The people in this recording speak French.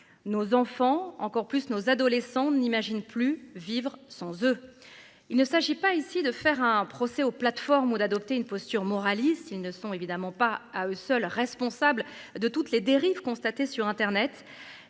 Nos enfants encore plus nos adolescents n'imagine plus vivre sans eux. Il ne s'agit pas ici de faire un procès aux plateformes ou d'adopter une posture moraliste. Ils ne sont évidemment pas à eux seuls responsables de toutes les dérives constatées sur Internet